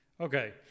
Okay